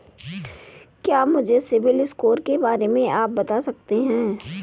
क्या मुझे सिबिल स्कोर के बारे में आप बता सकते हैं?